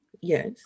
Yes